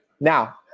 now